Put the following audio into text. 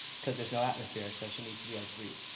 cause there's no atmosphere so she needs to be able to breath.